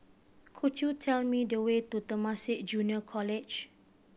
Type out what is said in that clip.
could you tell me the way to Temasek Junior College